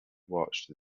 watched